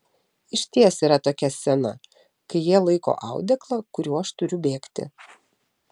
išties yra tokia scena kai jie laiko audeklą kuriuo aš turiu bėgti